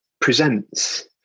presents